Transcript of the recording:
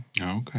Okay